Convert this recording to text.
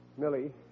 Millie